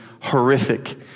horrific